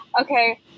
Okay